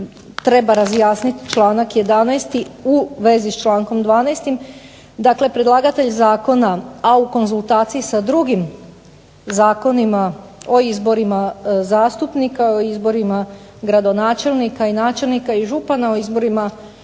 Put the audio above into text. treba razjasniti članak 11. u vezi s člankom 12. Dakle, predlagatelj zakona, a u konzultaciji sa drugim zakonima o izborima zastupnika, o izborima gradonačelnika i načelnika i županima, o izborima